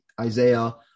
Isaiah